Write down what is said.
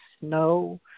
no